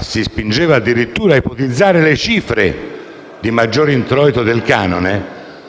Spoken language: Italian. si spingeva addirittura a ipotizzare le cifre del maggior introito - del canone,